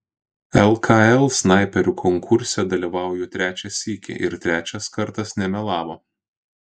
lkl snaiperių konkurse dalyvauju trečią sykį ir trečias kartas nemelavo